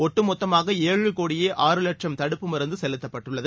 ஒட்டுமொத்தமாக ஏழு கோடியே ஆறு வட்சும் தடுப்பு மருந்து செலுத்தப்பட்டுள்ளது